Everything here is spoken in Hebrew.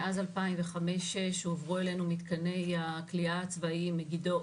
מאז 2005 כשהועברו אלינו מתקני הכליאה הצבאיים מגידו,